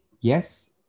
yes